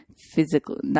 physical